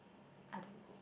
I don't know